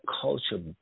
culture